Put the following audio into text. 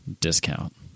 discount